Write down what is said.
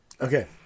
Okay